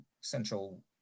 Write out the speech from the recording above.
central